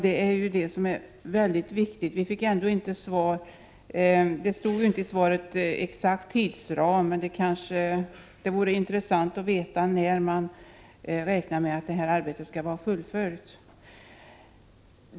Någon exakt tidsram anges inte i svaret, men det vore intressant att få veta när man räknar med att kommissionens arbete skall vara fullföljt.